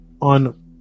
on